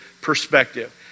perspective